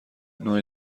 نوع